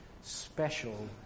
special